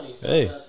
Hey